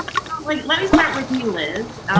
so like let me start with you, liz.